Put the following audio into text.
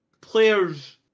players